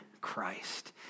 Christ